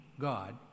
God